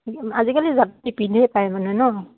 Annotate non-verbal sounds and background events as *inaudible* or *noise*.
আজিকালি যা *unintelligible* পিন্ধে প্ৰায় মানে ন'